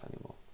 anymore